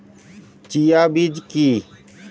Chia বীজ কী?